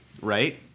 right